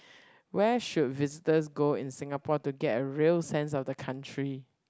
where should visitors go in Singapore to get a real sense of the country